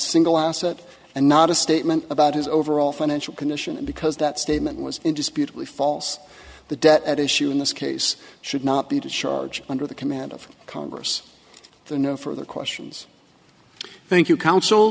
single asset and not a statement about his overall financial condition and because that statement was indisputably false the debt at issue in this case should not be to charge under the command of congress the no further questions thank you counsel